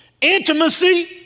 Intimacy